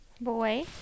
Boy